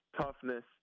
toughness